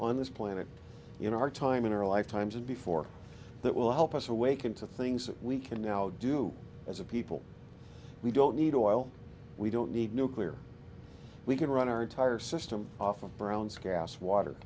on this planet in our time in our lifetimes and before that will help us awaken to things that we can now do as a people we don't need oil we don't need nuclear we can run our entire system off of brown's gas water